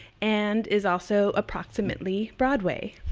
and is also approximately broadway.